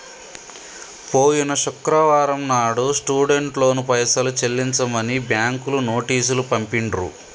పోయిన శుక్రవారం నాడు స్టూడెంట్ లోన్ పైసలు చెల్లించమని బ్యాంకులు నోటీసు పంపిండ్రు